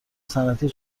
صنعتی